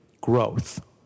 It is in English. growth